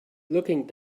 looking